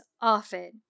often